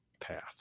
path